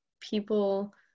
people